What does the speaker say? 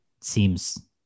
seems